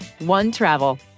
OneTravel